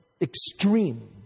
extreme